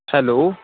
hello